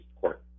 Court